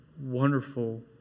wonderful